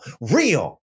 real